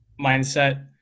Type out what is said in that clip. mindset